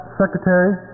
secretary